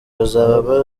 bazaba